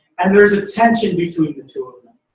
and there's a tension between the two of